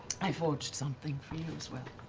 i forged something for you as well.